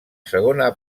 segona